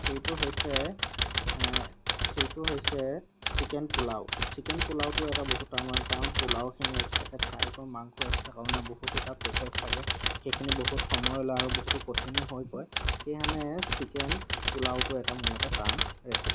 সেইটো হৈছে সেইটো হৈছে চিকেন পোলাও চিকেন পোলাওটো এটা বহুত টান কাৰণ পোলাওখিনি এক্সট্ৰাকে ফ্ৰাই কৰি মাংস এক্সট্ৰাকৈ বনাই বহুতো তাত প্ৰ'চেছ থাকে সেইখিনি বহুত সময় লয় আৰু বহুতো কঠিনো হৈ পৰে সেইকাৰণে চিকেন পোলাওটো এটা মোৰ মতে টান ৰেচিপি